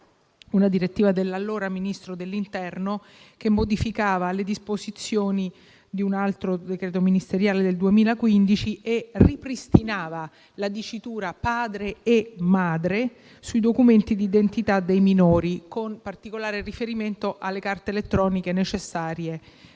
una direttiva dell'allora Ministro dell'interno che modificava le disposizioni di un altro decreto ministeriale del 2015 e ripristinava la dicitura «padre e madre» sui documenti d'identità dei minori, con particolare riferimento alle carte elettroniche necessarie